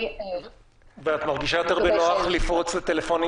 ואת מרגישה יותר בנוח לפרוץ לטלפונים